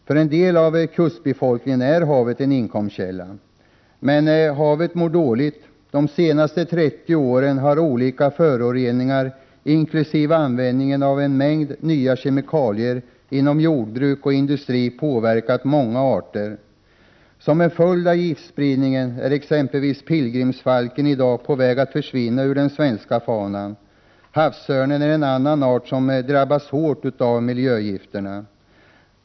För en del av kustbefolkningen är havet en inkomstkälla. Men havet mår dåligt. De senaste 30 åren har olika föroreningar, bl.a. användningen av en mängd nya kemikalier inom jordbruk och industri, påverkat många arter. Som en följd av giftspridningen är t.ex. pilgrimsfalken i dag på väg att försvinna ur den svenska faunan. Havsörnen är en annan art som drabbats hårt av miljögifterna.